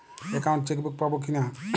Account chequebook পাবো কি না?